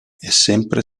sempre